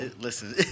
Listen